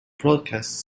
broadcasts